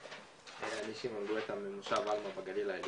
אני שמעון גואטה ממושב עלמה בגליל העליון.